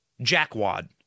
jackwad